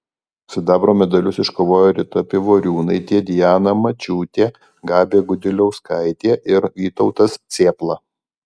sidabro medalius iškovojo rita pivoriūnaitė diana mačiūtė gabija gudeliauskaitė ir vytautas cėpla